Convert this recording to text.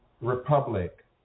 Republic